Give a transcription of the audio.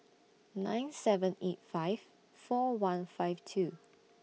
nine seven eight five four one five two